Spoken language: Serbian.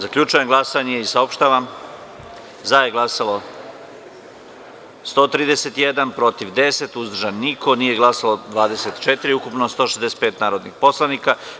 Zaključujem glasanje i saopštavam: za - 131, protiv – 10, uzdržanih – nema, nije glasalo 24 od ukupno prisutnih 165 narodnih poslanika.